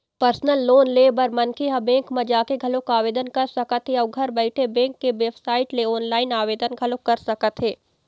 personal loan ले बर मनखे ह बेंक म जाके घलोक आवेदन कर सकत हे अउ घर बइठे बेंक के बेबसाइट ले ऑनलाईन आवेदन घलोक कर सकत हे